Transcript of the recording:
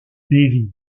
devi